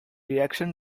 reaction